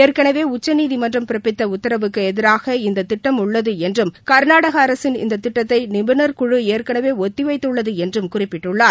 ஏற்கனவே உச்சநீதிமன்றம் பிறப்பித்த உத்தரவுக்கு எதிராக இந்த திட்டம் உள்ளது என்றும் கா்நாடக அரசின் இந்த திட்டத்தை நிபுணர் குழு ஏற்கனவே ஒத்திவைத்துள்ளது என்றும் குறிப்பிட்டுள்ளார்